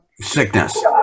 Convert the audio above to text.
sickness